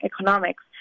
economics